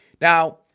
now